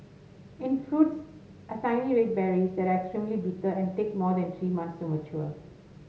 its fruits are tiny red berries that are extremely bitter and take more than three months to mature